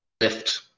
lift